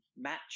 match